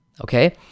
okay